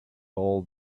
hold